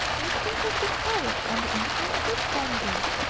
wasting his satire on the unconscious dandy.